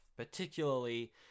particularly